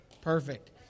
Perfect